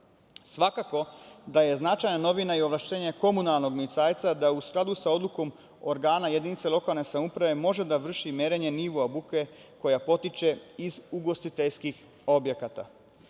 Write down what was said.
izvora. Svakako da je značajna novina i ovlašćenje komunalnog milicajca da u skladu sa odlukom organa jedinice lokalne samouprave može da vrši merenje nivoa buke koja potiče iz ugostiteljskih objekata.